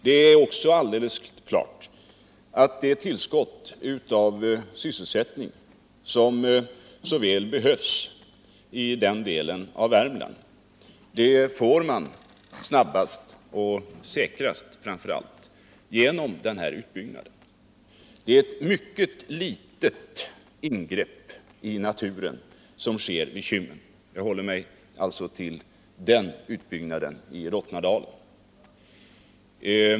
Det är också alldeles klart att man genom den här utbyggnaden snabbast och säkrast får det tillskott av sysselsättning som så väl behövs i den delen av Värmland. Det är ett relativt litet ingrepp i naturen som sker med Kymmenprojektet. Jag håller mig alltså till utbyggnaden i Rottnadalen.